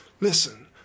Listen